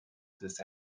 this